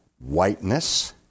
whiteness